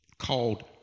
called